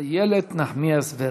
איילת נחמיאס ורבין.